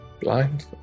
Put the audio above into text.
Blind